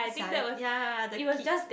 小孩 ya the kids